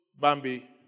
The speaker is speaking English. Bambi